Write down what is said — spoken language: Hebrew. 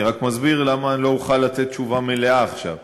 אני רק מסביר למה אני לא אוכל לתת תשובה מלאה עכשיו.